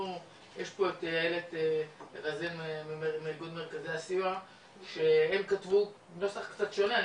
יש פה את איילת רזיאל מאיגוד מרכזי הסיוע שהם כתבו נוסח קצת שונה,